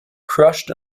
crushed